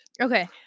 Okay